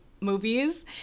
movies